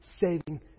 saving